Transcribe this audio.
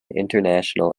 international